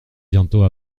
bientôt